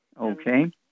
Okay